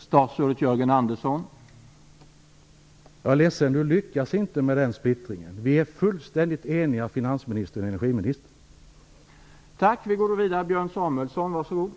Herr talman! Jag är ledsen, men Marietta de Pourbaix-Lundin lyckas inte när hon försöker få till stånd en splittring. Finansministern och energiministern är fullständigt eniga.